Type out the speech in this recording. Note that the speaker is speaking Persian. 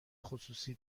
خصوصی